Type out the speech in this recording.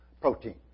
protein